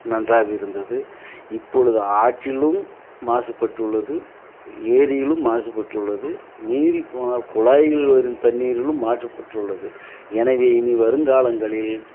நன்றாக இருந்தது இப்பொழுது ஆற்றிலும் மாசுபட்டு உள்ளது ஏரியிலும் மாசுபட்டு உள்ளது மீறி போனால் குழாயில் வரும் தண்ணீரிலும் மாட்ருப்பட்டு உள்ளது எனவே இனி வருங்காலங்களில்